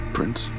Prince